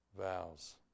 vows